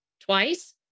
twice